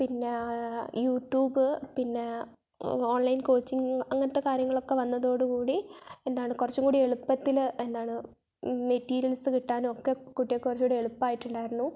പിന്നെ യൂടൃൂബ് പിന്നെ online coaching അങ്ങനത്തെ കാര്യങ്ങളൊക്കെ വന്നതോടുകൂടി എന്താണ് കുറച്ചും കൂടി എളുപ്പത്തിൽ എന്താണ് മെറ്റീരിയല്സ് കിട്ടാനും ഒക്കെ കൂട്ടികൾക്ക് കുറച്ചുകൂടി എളുപ്പമായിട്ടുണ്ടായിരുന്നു